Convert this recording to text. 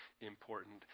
important